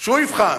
שהוא יבחן.